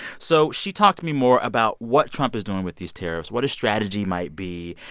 so she talked to me more about what trump is doing with these tariffs, what his strategy might be.